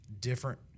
different